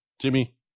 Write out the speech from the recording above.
Jimmy